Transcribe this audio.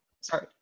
Sorry